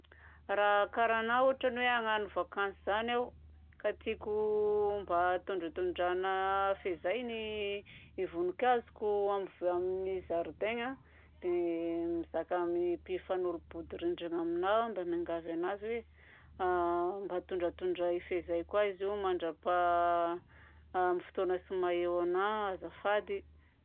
Raha karaha nahy ohatra hoe hagnano vacance zany aho ka tiako mba tondratondrahana fehizay ny voninkazoko amin'ny vo- amin'ny zaridaigna, dia mizaka amin'ny mpifanolo-bodirindrina aminahy aho mba miangavy anazy hoe mba tondratondrahy fehizay koa izy io manda-paha amin'ny fotoana tsy maha-eo anahy azafady.